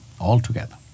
Altogether